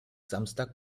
samstag